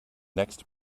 next